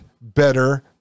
better